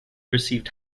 received